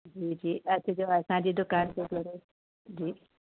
जी जी अचिजो असांजी दुकान ते ज़रूरु जी